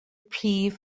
prif